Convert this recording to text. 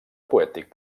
poètic